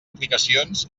aplicacions